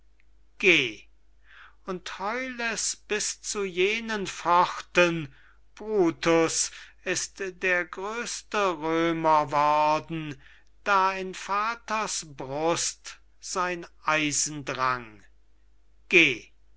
und heul es bis zu jenen pforten brutus ist der gröste römer worden da in vaters brust sein eisen drang geh